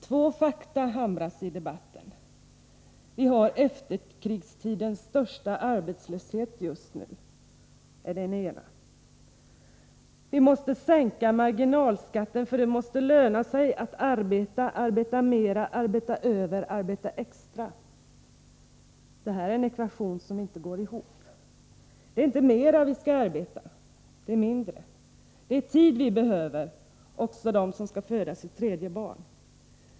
Två fakta hamras i debatten: Vi har efterkrigstidens största arbetslöshet just nu. Vi måste sänka marginalskatten, för det måste löna sig att arbeta, arbeta mera, arbeta över, arbeta extra. Detta är en ekvation som inte går ihop. Det är inte mera vi skall arbeta, det är mindre. Det är tid vi behöver, också de som skall föda sitt tredje barn.